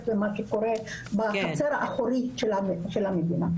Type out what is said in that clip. ומה שקורה בחצר האחורית שלנו של המדינה.